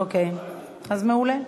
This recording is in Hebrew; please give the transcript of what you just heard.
אוקיי, מעולה.